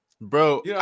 Bro